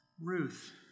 Ruth